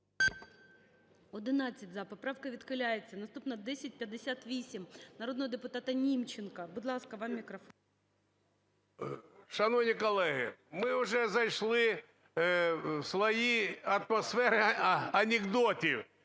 Шановні колеги, ми вже зайшли в слої атмосфери анекдотів.